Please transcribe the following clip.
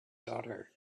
daughter